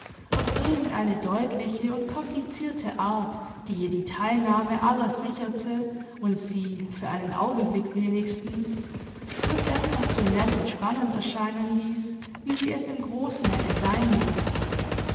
auf irgendeine deutliche und komplizierte art die ihr die teilnahme aller sicherte und sie für einen augenblick wenigstens so sensationell und spannend erscheinen ließ wie sie es im großen hätte sein mögen